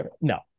No